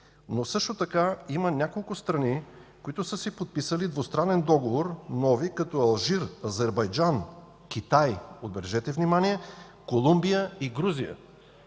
но също така има няколко нови страни, които са си подписали двустранен договор, като Алжир, Азербайджан, Китай, обърнете внимание, Колумбия и Грузия.